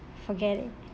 forget it